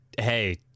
hey